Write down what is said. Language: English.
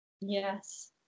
yes